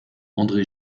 andré